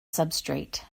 substrate